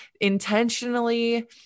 intentionally